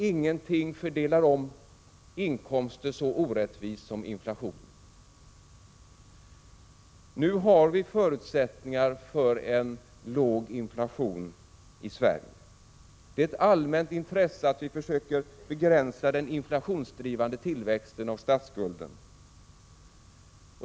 Ingenting fördelar om inkomster så orättvist som inflationen. Nu har vi förutsättningar för en låg inflation i Sverige. Det är ett allmänt intresse att vi försöker begränsa den inflationsdrivande tillväxten av statsskulden.